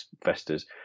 investors